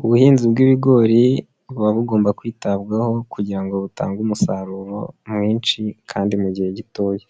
Ubuhinzi bw'ibigori buba bugomba kwitabwaho kugira ngo butange umusaruro mwinshi kandi mu gihe gitoya,